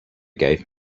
gave